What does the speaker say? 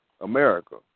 America